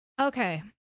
Okay